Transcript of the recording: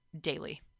daily